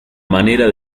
manera